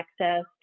access